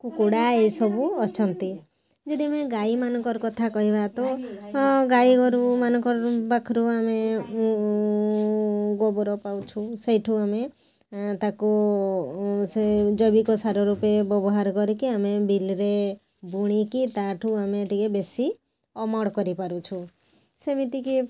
କୁକୁଡ଼ା ଏସବୁ ଅଛନ୍ତି ଯଦି ଆମେ ଗାଈମାନଙ୍କର କଥା କହିବା ତ ଗାଈ ଗୋରୁମାନଙ୍କର ପାଖରୁ ଆମେ ଗୋବର ପାଉଛୁ ସେଇଠୁ ଆମେ ତାକୁ ସେ ଜୈବିକ ସାର ରୂପେ ବ୍ୟବହାର କରିକି ଆମେ ବିଲରେ ବୁଣିକି ତାଠୁ ଆମେ ଟିକେ ବେଶୀ ଅମଳ କରିପାରୁଛୁ ସେମିତିକି